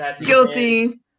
Guilty